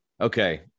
Okay